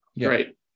right